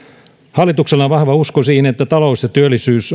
hallituksella on vahva usko siihen että talous ja työllisyys